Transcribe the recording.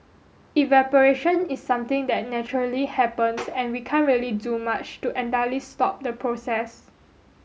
evaporation is something that naturally happens and we can't really do much to entirely stop the process